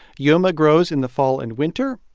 yuma grows in the fall and winter.